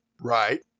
Right